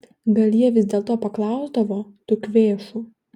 gal jie vis dėlto paklausdavo tų kvėšų